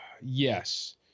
yes